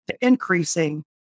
increasing